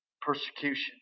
persecution